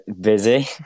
Busy